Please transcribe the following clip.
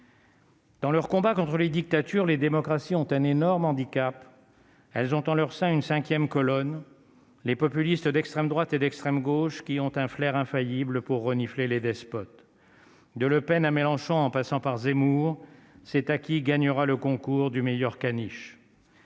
Dans leur combat contre les dictatures, les démocraties ont un énorme handicap, elles ont en leur sein une 5ème colonne les populistes d'extrême droite et d'extrême gauche qui ont un flair infaillible pour renifler les despotes de Le Pen à Mélenchon en passant par Zemmour c'est acquis gagnera le concours du Meilleur caniches.